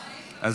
מפה.